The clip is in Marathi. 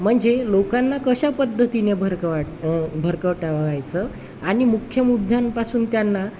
म्हणजे लोकांना कशा पद्धतीने भरकवाट भरकटवायचं आणि मुख्य मुद्द्यांपासून त्यांना